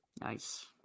Nice